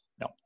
No